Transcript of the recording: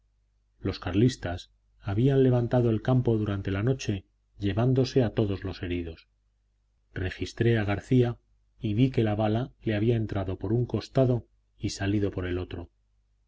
los carlistas habían levantado el campo durante la noche llevándose a todos los heridos registré a garcía y vi que la bala le había entrado por un costado y salido por el otro